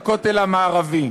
בכותל המערבי.